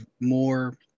more